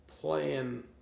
playing